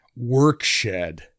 Workshed